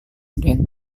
then